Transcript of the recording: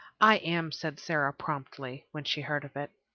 i am, said sara promptly, when she heard of it.